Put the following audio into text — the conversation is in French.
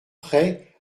près